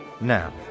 Now